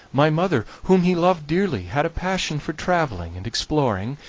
my mother, whom he loved dearly, had a passion for traveling and exploring,